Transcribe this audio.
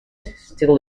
still